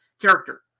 character